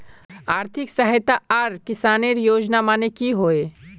आर्थिक सहायता आर किसानेर योजना माने की होय?